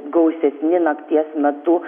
gausesni nakties metu